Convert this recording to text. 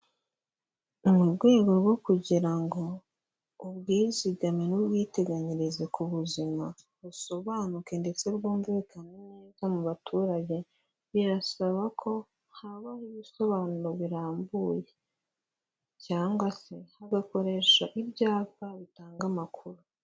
Mu rwego rwo kugira ngo ubwizigame n'ubwiteganyirize ku buzima busobanuke ndetse bwumvikane neza mu baturage, birasaba ko habaho ibisobanuro birambuye cyangwa se hagakoresha ibyapa bitanga amakuru.